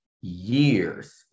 years